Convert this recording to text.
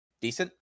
decent